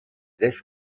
this